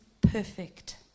perfect